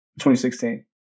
2016